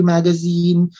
Magazine